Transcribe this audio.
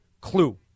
clue